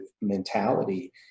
mentality